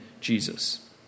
Jesus